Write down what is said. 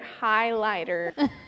highlighter